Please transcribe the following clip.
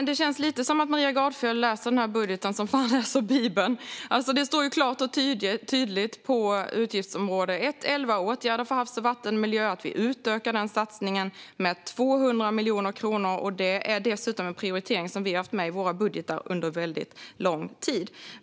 Det känns lite som att Maria Gardfjell läser den här budgeten som fan läser Bibeln. Det står klart och tydligt under anslag 1:11, Åtgärder för havs och vattenmiljö, att vi utökar den satsningen med 200 miljoner kronor. Det är dessutom en prioritering som vi har haft med i våra budgetar under väldigt lång tid.